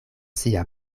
sia